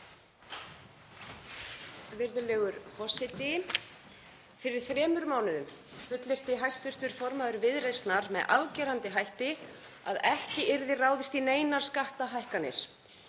Virðulegur forseti. Fyrir þremur mánuðum fullyrti hæstv. formaður Viðreisnar með afgerandi hætti að ekki yrði ráðist í neinar skattahækkanir.